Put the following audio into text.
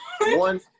one